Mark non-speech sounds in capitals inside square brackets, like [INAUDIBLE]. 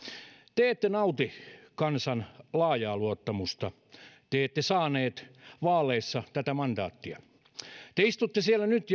te ette nauti kansan laajaa luottamusta te ette saaneet vaaleissa tätä mandaattia te istutte siellä nyt [UNINTELLIGIBLE]